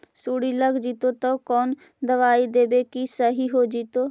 सुंडी लग जितै त कोन दबाइ देबै कि सही हो जितै?